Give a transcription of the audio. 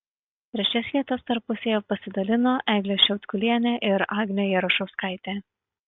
trečias vietas tarpusavyje pasidalino eglė šiaudkulienė ir agnė jarušauskaitė